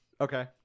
Okay